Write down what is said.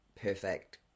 perfect